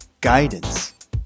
Guidance